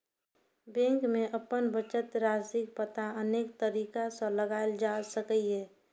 bank मे अपन बचत राशिक पता अनेक तरीका सं लगाएल जा सकैए